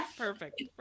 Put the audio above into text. Perfect